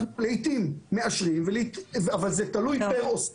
לעיתים אנחנו מאשרים אבל זה תלוי פר עוסקים,